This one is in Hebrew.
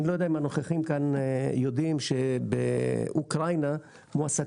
אני לא יודע אם הנוכחים כאן יודעים שבאוקראינה מועסקים